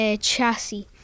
Chassis